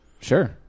Sure